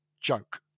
joke